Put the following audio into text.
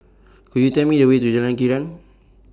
Could YOU Tell Me The Way to Jalan Krian